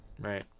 Right